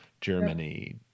Germany